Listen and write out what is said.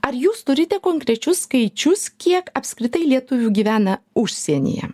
ar jūs turite konkrečius skaičius kiek apskritai lietuvių gyvena užsienyje